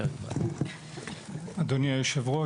אדוני היושב-ראש,